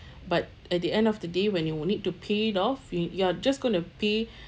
but at the end of the day when you will need to pay it off you you're just going to pay